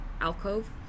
alcove